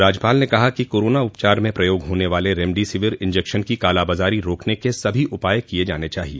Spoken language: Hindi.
राज्यपाल ने कहा कि कोरोना उपचार में प्रयोग होने वाले रेमडसिविर इंजेक्शन की कालाबाजारी रोकने के सभी उपाय किए जाने चाहिए